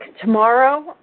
tomorrow